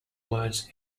words